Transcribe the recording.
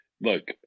Look